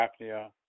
apnea